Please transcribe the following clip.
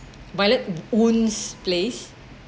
violet Oon place